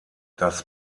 das